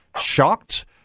shocked